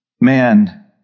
man